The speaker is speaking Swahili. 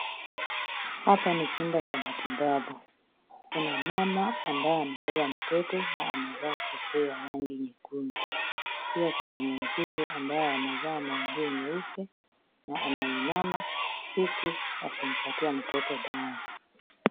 Hapa ni chumba cha matibabu, kuna mama ambaye amebeba mtoto na amevaa kofia ya rangi nyekundu, pia kuna muuguzi ambaye amevaa manguo nyeupe na ameinama huku akimpatia mtoto dawa.